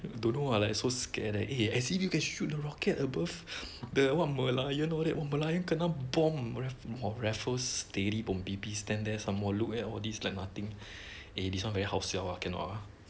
don't know ah like so scared eh like eh as if you can shoot the rocket above the what merlion all that !wah! merlion kena bomb !wah! raffles steady bom pi pi stand there some more look at all these like nothing eh this one very 好笑 lah cannot lah